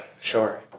sure